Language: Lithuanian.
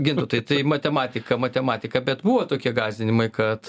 gintautai tai matematika matematika bet buvo tokie gąsdinimai kad